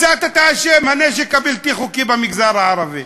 מצאת את האשם הנשק הבלתי-חוקי במגזר הערבי.